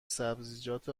سبزیجات